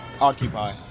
Occupy